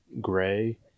gray